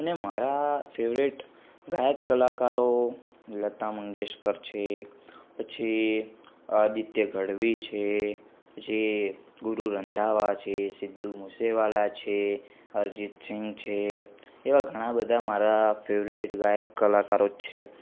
અને મારા ફેવરેટ ગાયક કલાકારો લતા મંગેશકર છે પછી આદિત્ય ગઢવી છે પછી ગુરુ રંધાવા છે સિધ્ધુ મુસેવાલા છે અરીજીત સિંગ છે એવા ઘણા બધા મારા ફેવરેટ ગાયક કલાકારો જ છે